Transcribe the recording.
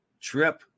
trip